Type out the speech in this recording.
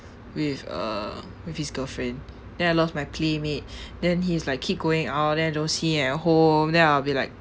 with uh with his girlfriend then I lost my playmate then he's like keep going out then I don't see him at home then I will be like